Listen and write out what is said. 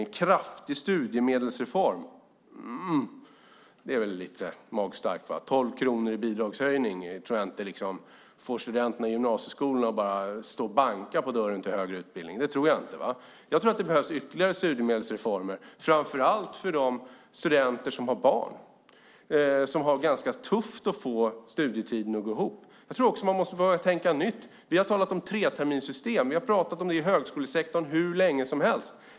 Det talas om en kraftig studiemedelsreform. Mmm, det är väl lite magstarkt. 12 kronor i bidragshöjning tror jag inte får studenterna i gymnasieskolorna att stå och banka på dörren till högre utbildning. Jag tror att det i stället behövs ytterligare studiemedelsreformer, framför allt med tanke på de studenter som har barn och som har det ganska tufft när det gäller att få det att gå ihop under studietiden. Jag tror också att man måste börja tänka nytt. Vi har talat om treterminssystem. Inom högskolesektorn har vi pratat om det hur länge som helst.